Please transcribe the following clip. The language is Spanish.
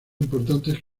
importantes